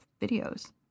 videos